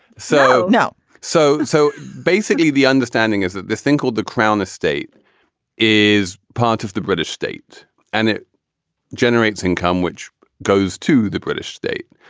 so now. so so basically the understanding is that this thing called the crown estate is part of the british state and it generates income, which goes to the british state.